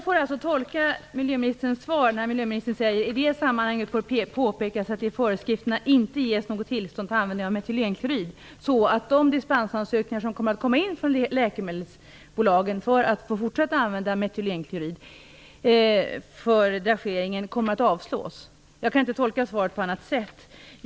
Fru talman! Miljöministern skriver i sitt svar: "I sammanhanget bör påpekas att det i föreskrifterna inte ges något tillstånd till användning av metylenklorid." Jag tolkar det som att de ansökningar om dispens för fortsatt användning av metylenklorid för dragering som kommer in från läkemedelsbolagen kommer att avslås. Jag kan inte tolka svaret på annat sätt.